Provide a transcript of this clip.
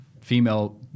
female